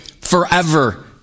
forever